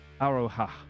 Aroha